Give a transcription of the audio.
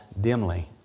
dimly